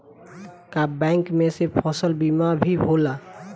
का बैंक में से फसल बीमा भी होला?